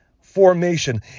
formation